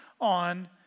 on